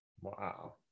Wow